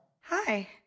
Hi